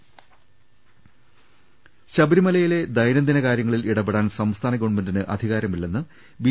രുവെട്ടറു ശബരിമലയിലെ ദൈനംദിന കാര്യങ്ങളിൽ ഇടപെടാൻ സംസ്ഥാന ഗവൺമെന്റിന് അധികാരമില്ലെന്ന് ബി